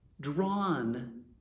drawn